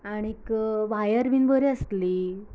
आनीक वायर बीन बरी आसली